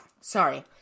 sorry